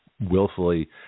willfully –